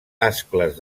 ascles